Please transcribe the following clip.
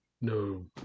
no